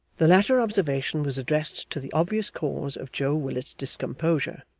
the latter observation was addressed to the obvious cause of joe willet's discomposure,